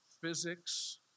physics